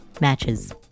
matches